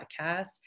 podcast